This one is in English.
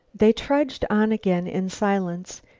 they trudged on again in silence.